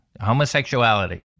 homosexuality